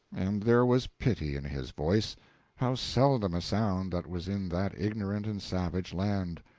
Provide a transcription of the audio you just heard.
and there was pity in his voice how seldom a sound that was in that ignorant and savage land!